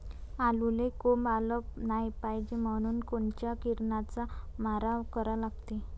आलूले कोंब आलं नाई पायजे म्हनून कोनच्या किरनाचा मारा करा लागते?